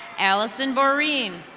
alison boreen.